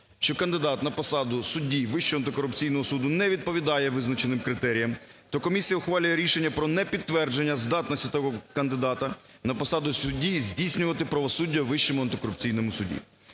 що кандидат на посаду судді Вищого антикорупційного суду не відповідає визначеним критеріям, то комісія ухвалює рішення про непідтвердження здатності того кандидата на посаду судді здійснювати правосуддя у Вищому антикорупційному суді.